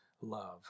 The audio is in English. love